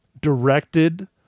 directed